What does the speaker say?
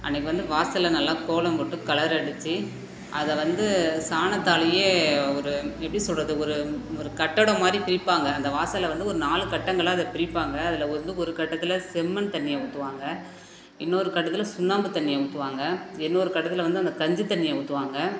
அன்றைக்கு வந்து வாசலில் நல்லா கோலம் போட்டு கலர் அடிச்சு அதை வந்து சாணத்தாலையே ஒரு எப்படி சொல்வது ஒரு ஒரு கட்டடம் மாதிரி பிரிப்பாங்க அந்த வாசலை வந்து ஒரு நாலு கட்டங்களாக அதை பிரிப்பாங்க அதில் வந்து ஒரு கட்டத்தில் செம்மண் தண்ணியை ஊற்றுவாங்க இன்னோரு கட்டத்தில் சுண்ணாம்பு தண்ணியை ஊற்றுவாங்க இன்னோரு கட்டத்தில் வந்து அந்த கஞ்சி தண்ணியை ஊற்றுவாங்க